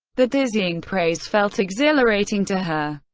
the dizzying praise felt exhilarating to her.